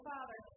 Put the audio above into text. Father